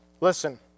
Listen